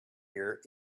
here